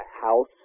house